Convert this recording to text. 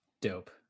dope